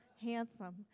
handsome